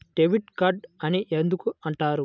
Debit card అని ఎందుకు అంటారు?